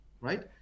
right